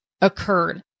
occurred